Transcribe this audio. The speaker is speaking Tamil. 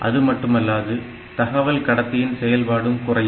அதுமட்டுமல்லாது தகவல் கடத்தியின் செயல்பாடும் குறையும்